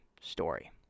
story